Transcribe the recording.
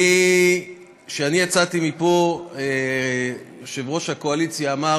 כשאני יצאתי מפה יושב-ראש הקואליציה אמר